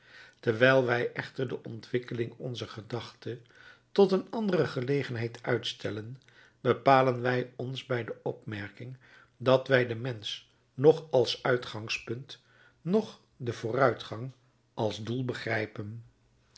terwijl wij echter de ontwikkeling onzer gedachte tot een andere gelegenheid uitstellen bepalen wij ons bij de opmerking dat wij den mensch noch als uitgangspunt noch den vooruitgang als doel begrijpen